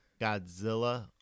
Godzilla